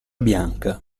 bianca